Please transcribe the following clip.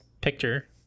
picture